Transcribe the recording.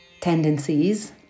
tendencies